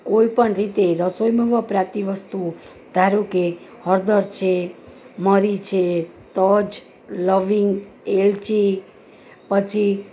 કોઈ પણ રીતે રસોઈમાં વપરાતી વસ્તુઓ ધારો કે હળદર છે મરી છે તજ લવિંગ એલચી પછી